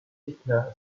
ikna